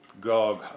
Gog